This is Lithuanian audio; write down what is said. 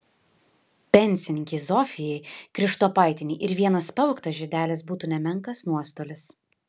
pensininkei zofijai krištopaitienei ir vienas pavogtas žiedelis būtų nemenkas nuostolis